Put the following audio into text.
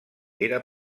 era